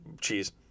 Cheese